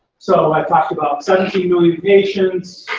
so i talked about seventeen million patients.